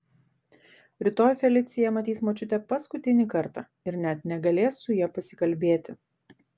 rytoj felicija matys močiutę paskutinį kartą ir net negalės su ja pasikalbėti